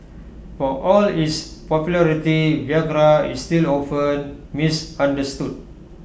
for all its popularity Viagra is still often misunderstood